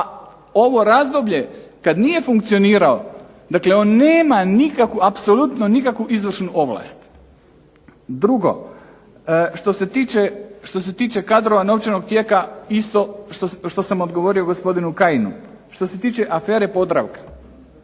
ovo razdoblje kada nije funkcionirao on nema nikakvu izvršnu ovlast. Drugo, što se tiče kadrova, novčanog tijeka isto što sam odgovorio gospodinu Kajinu. Što se tiče afere Podravka,